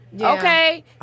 Okay